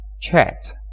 chat